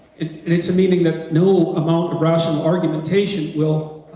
and it's a meaning that no amount of rational argumentation will